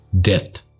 Death